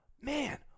Man